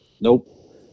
Nope